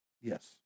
Yes